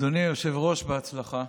אדוני היושב-ראש, בהצלחה.